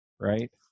Right